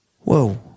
Whoa